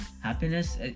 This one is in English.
happiness